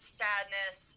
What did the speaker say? sadness